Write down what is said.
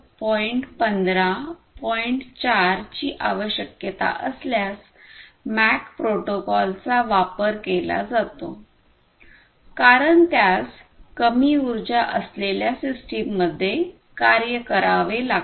4 ची आवश्यकता असल्यास मॅक प्रोटोकॉलचा वापर केला जातो कारण त्यास कमी उर्जा असलेल्या सिस्टममध्ये कार्य करावे लागते